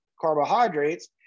carbohydrates